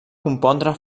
compondre